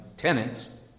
Tenants